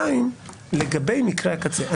דבר שני, לגבי מקרי הקצה.